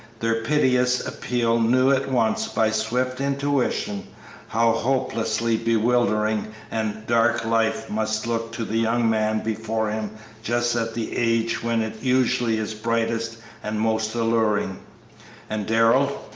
their piteous appeal, knew at once by swift intuition how hopelessly bewildering and dark life must look to the young man before him just at the age when it usually is brightest and most alluring and darrell,